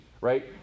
right